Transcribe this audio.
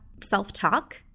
self-talk